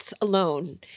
alone